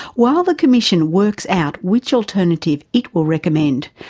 while the commission works out which alternative it will recommend,